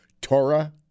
Torah